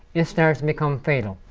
it starts to become fatal.